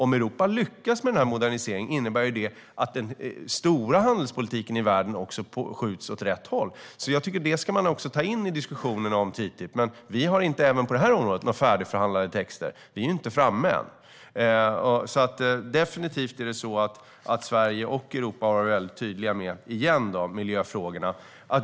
Om Europa lyckas med den här moderniseringen innebär det ju att den stora handelspolitiken i världen också skjuts åt rätt håll, och jag tycker att man ska ta in även det i diskussionerna om TTIP. Vi har inte heller några färdigförhandlade texter på det här området. Vi är inte framme än. Definitivt är det så, återigen, att Sverige och Europa har varit väldigt tydliga med miljöfrågorna.